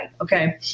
okay